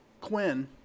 Quinn